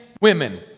women